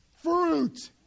Fruit